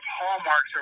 hallmarks